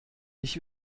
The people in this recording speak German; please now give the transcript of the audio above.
ich